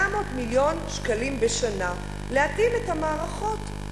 800 מיליון שקלים בשנה, להתאים את המערכות.